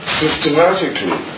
systematically